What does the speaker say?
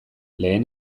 lehen